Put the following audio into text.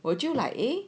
我就 like eh